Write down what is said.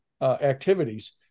activities